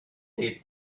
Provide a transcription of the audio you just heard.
day